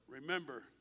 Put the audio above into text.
Remember